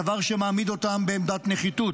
דבר שמעמיד אותם בעמדת נחיתות.